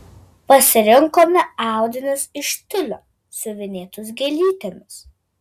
pasirinkome audinius iš tiulio siuvinėtus gėlytėmis